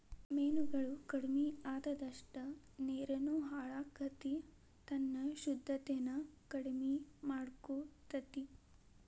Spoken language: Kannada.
ಮೇನುಗಳು ಕಡಮಿ ಅಅದಷ್ಟ ನೇರುನು ಹಾಳಕ್ಕತಿ ತನ್ನ ಶುದ್ದತೆನ ಕಡಮಿ ಮಾಡಕೊತತಿ